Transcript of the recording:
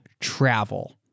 travel